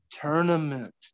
tournament